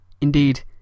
Indeed